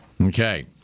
Okay